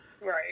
Right